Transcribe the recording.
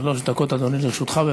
שלוש דקות לרשותך, אדוני.